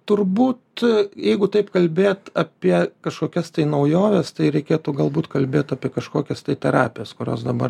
turbūt jeigu taip kalbėt apie kažkokias tai naujoves tai reikėtų galbūt kalbėti apie kažkokias tai terapijas kurios dabar